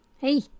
Hey